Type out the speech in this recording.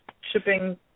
shipping